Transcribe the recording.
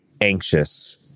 anxious